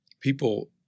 people